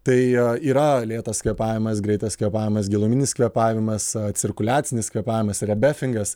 tai yra lėtas kvėpavimas greitas kvėpavimas giluminis kvėpavimas cirkuliacinis kvėpavimas rebefingas